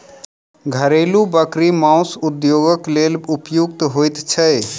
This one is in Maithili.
घरेलू बकरी मौस उद्योगक लेल उपयुक्त होइत छै